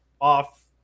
off